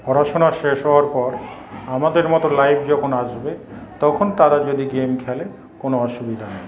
পড়াশুনা শেষ হওয়ার পর আমাদের মতো লাইফ যখন আসবে তখন তারা যদি গেম খেলে কোন অসুবিধা নেই